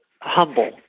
humble